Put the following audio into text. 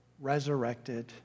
resurrected